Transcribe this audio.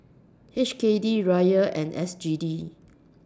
H K D Riyal and S G D